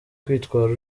kwitwara